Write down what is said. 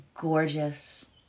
gorgeous